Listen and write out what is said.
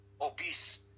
obese